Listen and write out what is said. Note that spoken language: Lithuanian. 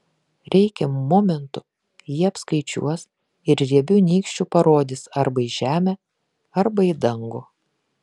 reikiamu momentu jie apskaičiuos ir riebiu nykščiu parodys arba į žemę arba į dangų